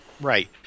Right